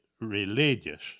religious